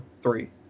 three